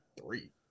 Three